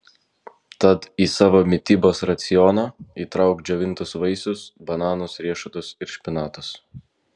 tad į savo mitybos racioną įtrauk džiovintus vaisius bananus riešutus ir špinatus